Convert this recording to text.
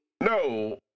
No